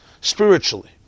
spiritually